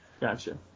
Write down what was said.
Gotcha